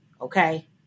Okay